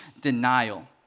denial